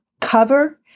cover